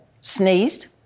sneezed